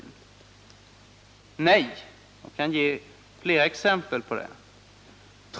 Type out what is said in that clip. Nej, jag kan ge flera exempel på att så inte är fallet.